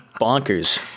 bonkers